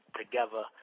together